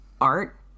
art